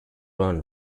run